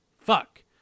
fuck